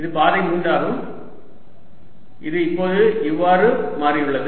இது பாதை 3 ஆகும் இது இப்போது இவ்வாறு மாறியுள்ளது